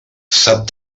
sap